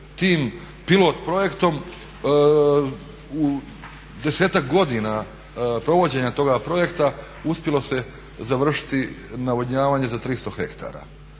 tim pilot projektom u desetak godina provođenja toga projekta uspjelo se završiti navodnjavanje za 300 hektara.